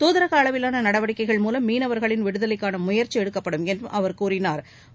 தூதரக அளவிலான நடவடிக்கைகள் மூலம் மீனவர்களின் விடுதலைக்கான முயற்சி எடுக்கப்படும் என்று அவர் கூறினாா்